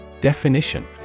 Definition